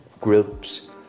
groups